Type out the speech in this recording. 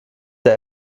der